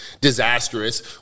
disastrous